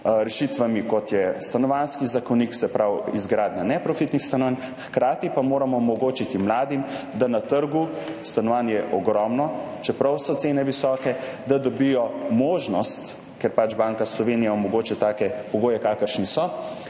rešitvami, kot je Stanovanjski zakon. Se pravi izgradnja neprofitnih stanovanj, hkrati pa moramo omogočiti mladim, da na trgu – stanovanj je ogromno – čeprav so cene visoke, dobijo možnost, ker Banka Slovenije omogoča take pogoje, kakršni so,